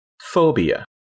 phobia